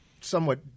somewhat